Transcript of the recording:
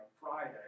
Friday